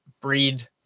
breed